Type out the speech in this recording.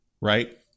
right